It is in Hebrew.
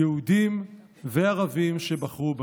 יהודים וערבים שבחרו בנו.